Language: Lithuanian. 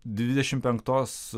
dvidešimt penktos